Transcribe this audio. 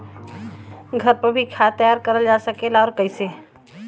घर पर भी खाद तैयार करल जा सकेला और कैसे?